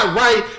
right